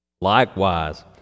Likewise